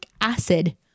acid